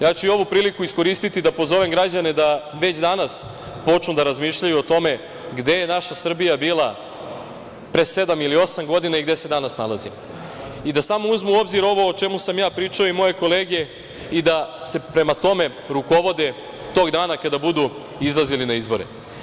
Ja ću i ovu priliku iskoristiti da pozovem građane da već danas počnu da razmišljaju o tome gde je naša Srbija bila pre sedam ili osam godina i gde se danas nalazi i da samo uzmu u obzir ovo o čemu sam ja pričao i moje kolege i da se prema tome rukovode tog dana kada budu izlazili na izbore.